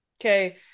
okay